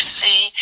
see